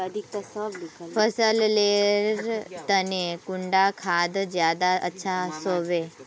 फसल लेर तने कुंडा खाद ज्यादा अच्छा सोबे?